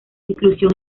inclusión